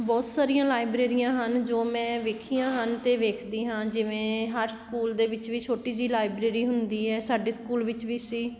ਬਹੁਤ ਸਾਰੀਆਂ ਲਾਇਬ੍ਰੇਰੀਆਂ ਹਨ ਜੋ ਮੈਂ ਵੇਖੀਆਂ ਹਨ ਅਤੇ ਵੇਖਦੀ ਹਾਂ ਜਿਵੇਂ ਹਰ ਸਕੂਲ ਦੇ ਵਿੱਚ ਵੀ ਛੋਟੀ ਜਿਹੀ ਲਾਇਬ੍ਰੇਰੀ ਹੁੰਦੀ ਹੈ ਸਾਡੇ ਸਕੂਲ ਵਿੱਚ ਵੀ ਸੀ